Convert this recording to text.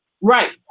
Right